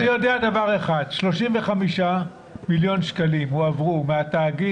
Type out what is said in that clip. אני יודע ש-35 מיליון שקלים הועברו מהתאגיד